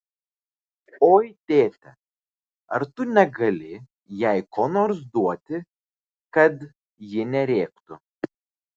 oi tėte ar tu negali jai ko nors duoti kad ji nerėktų